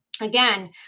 Again